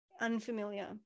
unfamiliar